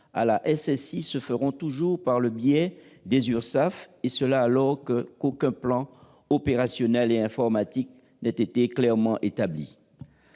à la SSI se feront toujours par le biais des URSSAF, alors qu'aucun plan opérationnel et informatique n'a été clairement établi.